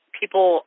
people